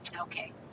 Okay